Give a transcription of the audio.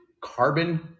carbon